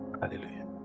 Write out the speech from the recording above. Hallelujah